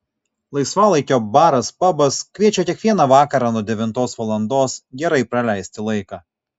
laisvalaikio baras pabas kviečia kiekvieną vakarą nuo devintos valandos gerai praleisti laiką